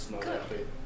good